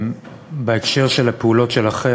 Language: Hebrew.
בהקשר של הפעולות שלהם,